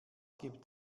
gibt